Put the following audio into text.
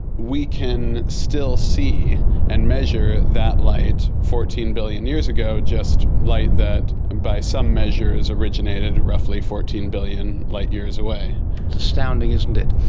we can still see and measure that light fourteen billion years ago, just light that by some measures originated roughly fourteen billion light years away. it's astounding, isn't it.